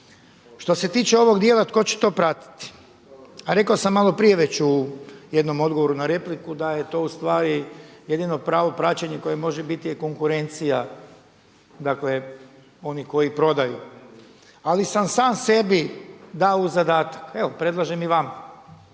Što se tiče ovog dijela tko će to pratiti, rekao sam malo prije već u jednom odgovoru na repliku da je to jedino pravo praćenje koje može biti je konkurencija onih koji prodaju. Ali sam sam sebi dao u zadatak, evo predlažem i vama,